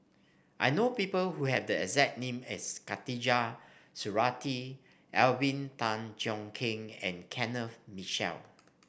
I know people who have the exact name as Khatijah Surattee Alvin Tan Cheong Kheng and Kenneth Mitchell